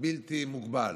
בלתי מוגבל.